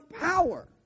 power